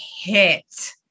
hit